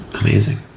Amazing